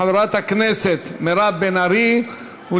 חברת הכנסת מירב בן ארי,